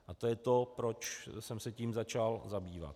A to je to, proč jsem se tím začal zabývat.